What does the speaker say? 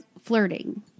flirting